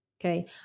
Okay